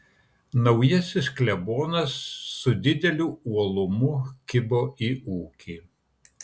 naujasis klebonas su dideliu uolumu kibo į ūkį